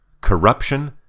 Corruption